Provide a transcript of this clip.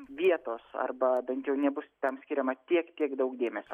vietos arba bent jau nebus tam skiriama tiek kiek daug dėmesio